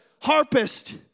harpist